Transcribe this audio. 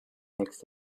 next